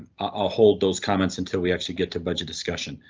i'll hold those comments until we actually get to budget discussion.